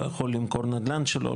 לא יכול למכור נדל"ן שלו,